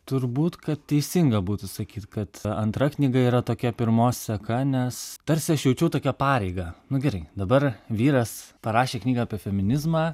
turbūt kad teisinga būtų sakyt kad antra knyga yra tokia pirmos seka nes tarsi aš jaučiau tokią pareigą nu gerai dabar vyras parašė knygą apie feminizmą